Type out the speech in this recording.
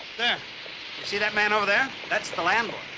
there. you see that man over there? that's the landlord.